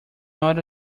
not